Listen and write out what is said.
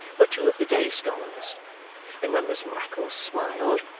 were two of the day-scholars and when miss wackles smiled,